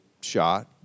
shot